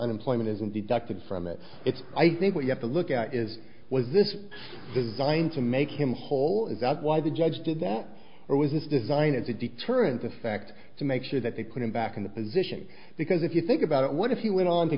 unemployment isn't deducted from it it's i think what you have to look at is was this designed to make him whole is that why the judge did that or was this designed as a deterrent effect to make sure that they put him back in the position because if you think about what if he went on to